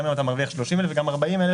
גם אם אתה מרוויח 30,000 וגם 40,000 שקל.